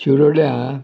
शिरोड्या हा